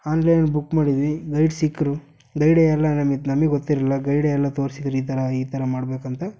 online book ಮಾಡಿದ್ವಿ guide ಸಿಕ್ಕರು ಗೈಡೇ ಎಲ್ಲ ನಮಗೆ ನಮಗೆ ಗೊತ್ತಿರಲಿಲ್ಲ ಗೈಡೇ ಎಲ್ಲ ತೋರ್ಸಿದ್ರು ಈ ಥರ ಈ ಥರ ಮಾಡಬೇಕಂತ